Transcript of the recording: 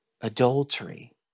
adultery